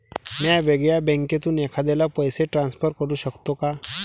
म्या वेगळ्या बँकेतून एखाद्याला पैसे ट्रान्सफर करू शकतो का?